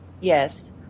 Yes